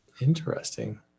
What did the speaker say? Interesting